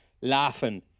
laughing